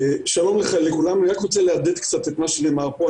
שלום לכולם, אני רק רוצה לחדד קצת את מה שנאמר פה.